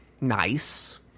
nice